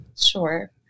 Sure